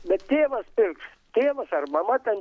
bet tėvas pirks tėvas ar mama ten